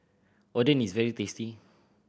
Oden is very tasty